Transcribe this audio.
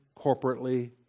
corporately